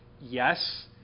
yes